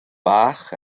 bach